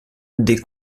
des